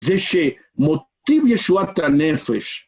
זה שמוטיב ישועת הנפש.